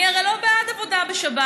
אני הרי לא בעד עבודה בשבת.